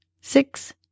six